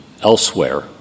elsewhere